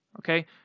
Okay